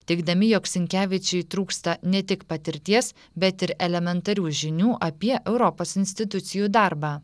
teigdami jog sinkevičiui trūksta ne tik patirties bet ir elementarių žinių apie europos institucijų darbą